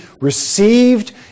received